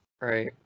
Right